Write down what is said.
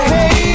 Hey